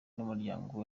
n’umuryango